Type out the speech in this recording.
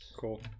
cool